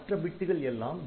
மற்ற பிட்டுகள் எல்லாம் '0'